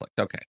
Okay